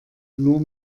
nur